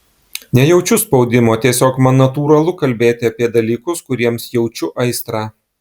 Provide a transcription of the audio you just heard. nejaučiu spaudimo tiesiog man natūralu kalbėti apie dalykus kuriems jaučiu aistrą